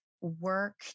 work